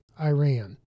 Iran